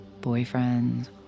Boyfriends